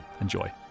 Enjoy